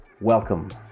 Welcome